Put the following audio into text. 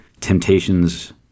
temptations